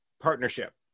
partnership